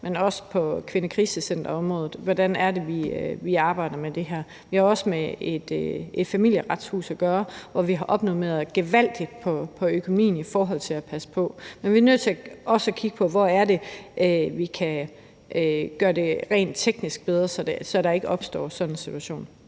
men også i forhold til kvindekrisecenterområdet. Vi har også med et Familieretshus at gøre, hvor vi havde opjusteret gevaldigt på økonomien i forhold til at passe på kvinder og børn. Men vi er nødt til også at kigge på, hvor det er, vi kan gøre det bedre rent teknisk, så der ikke opstår sådan en situation.